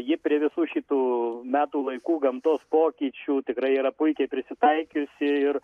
ji prie visų šitų metų laikų gamtos pokyčių tikrai yra puikiai prisitaikiusi ir